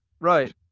Right